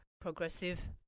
Progressive